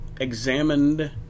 examined